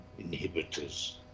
inhibitors